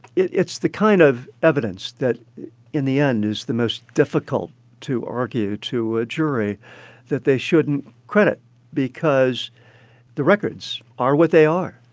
it's the kind of evidence that in the end is the most difficult to argue to a jury that they shouldn't credit because the records are what they are.